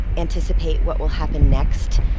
anticipate what will happen next.